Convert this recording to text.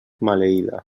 maleïda